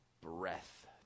breath